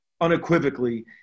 unequivocally